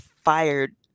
fired